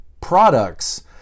products